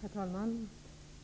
Herr talman!